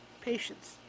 Patience